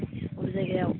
गुबुन जायगायाव